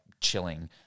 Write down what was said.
chilling